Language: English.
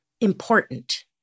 important